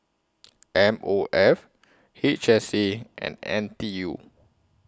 M O F H S A and N T U